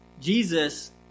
Jesus